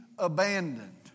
abandoned